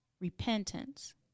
repentance